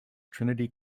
trinity